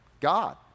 God